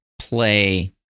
play